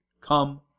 Come